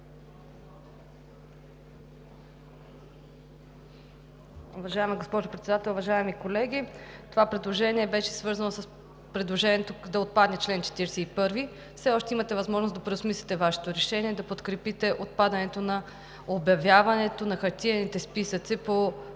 Уважаема госпожо Председател, уважаеми колеги! Това предложение беше свързано с предложението да отпадне чл. 41. Все още имате възможност да преосмислите Вашето решение и да подкрепите отпадането на обявяването на хартиените списъци по витрини